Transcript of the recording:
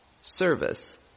service